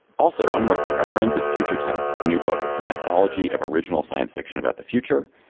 also one more thing our friends at future tense have a new book. it's an anthology of original science fiction about the future.